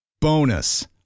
Bonus